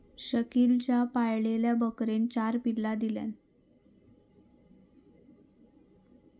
शकिलच्या पाळलेल्या बकरेन चार पिल्ला दिल्यान